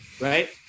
right